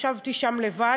ישבתי שם לבד.